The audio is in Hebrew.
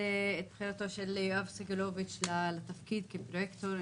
בחירתו של יורם סגלוביץ' לתפקיד כפרויקטור,